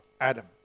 Adam